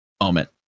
Moment